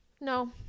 no